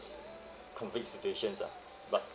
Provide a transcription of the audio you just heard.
COVID situations ah but